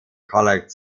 collect